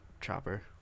Chopper